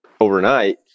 overnight